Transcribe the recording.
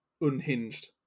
unhinged